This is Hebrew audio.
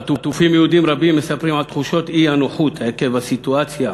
חטופים יהודים רבים מספרים על תחושת האי-נוחות עקב הסיטואציה